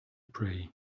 pray